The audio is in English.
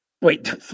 Wait